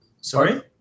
Sorry